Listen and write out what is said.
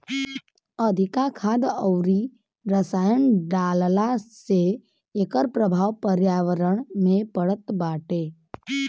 अधिका खाद अउरी रसायन डालला से एकर प्रभाव पर्यावरण पे पड़त बाटे